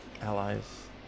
allies